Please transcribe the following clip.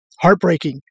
heartbreaking